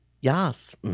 Yes